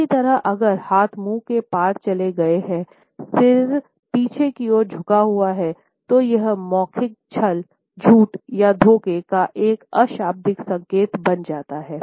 इसी तरह अगर हाथ मुंह के पार चले गए हैं सिर पीछे की ओर झुका हुआ है तो यह मौखिक छल झूठ या धोखे का एक अशाब्दिक संकेत बन जाता है